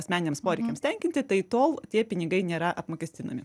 asmeniniams poreikiams tenkinti tai tol tie pinigai nėra apmokestinami